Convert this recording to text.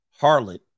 harlot